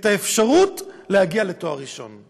את האפשרות להגיע לתואר ראשון,